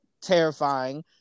terrifying